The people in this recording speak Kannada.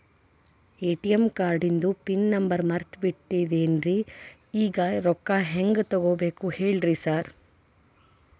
ಎ.ಟಿ.ಎಂ ಕಾರ್ಡಿಂದು ಪಿನ್ ನಂಬರ್ ಮರ್ತ್ ಬಿಟ್ಟಿದೇನಿ ಈಗ ರೊಕ್ಕಾ ಹೆಂಗ್ ತೆಗೆಬೇಕು ಹೇಳ್ರಿ ಸಾರ್